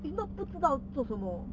it's not 不知道做什么